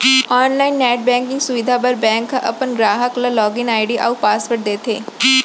online net banking सुबिधा बर bank ह अपन गराहक ल लॉगिन आईडी अउ पासवर्ड देथे